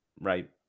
right